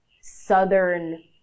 southern